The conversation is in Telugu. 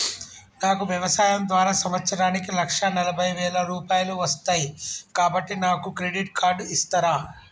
నాకు వ్యవసాయం ద్వారా సంవత్సరానికి లక్ష నలభై వేల రూపాయలు వస్తయ్, కాబట్టి నాకు క్రెడిట్ కార్డ్ ఇస్తరా?